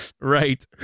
right